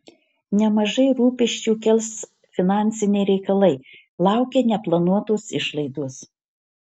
nemažai rūpesčių kels finansiniai reikalai laukia neplanuotos išlaidos